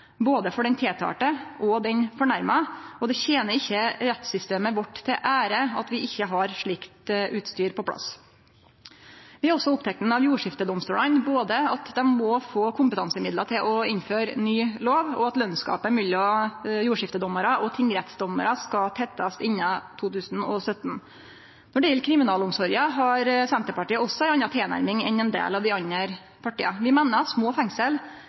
både den tiltalte og den fornærma, og det tener ikkje rettssystemet vårt til ære at vi ikkje har slikt utstyr på plass. Vi er også opptekne av jordskiftedomstolane, med omsyn til at dei må få kompetansemidlar til å innføre ny lov, og at lønsgapet mellom jordskiftedommarar og tingrettsdommarar skal tettast innan 2017. Når det gjeld kriminalomsorga, har Senterpartiet også her ei anna tilnærming enn ein del av dei andre partia. Vi meiner at små fengsel